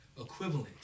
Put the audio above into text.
equivalent